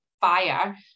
fire